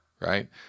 right